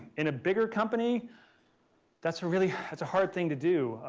in a bigger company that's a really, that's a hard thing to do.